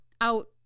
out